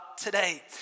today